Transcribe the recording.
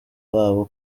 babo